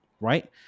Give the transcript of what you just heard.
right